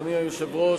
אדוני היושב-ראש,